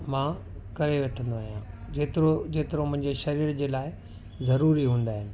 मां करे वठंदो आहियां जेतिरो जेतिरो मुंहिंजे शरीर जे लाइ ज़रूरी हूंदा आहिनि